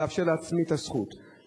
לאפשר לעצמה את הזכות ללמוד.